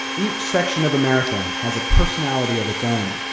each section of america has a personality of its own,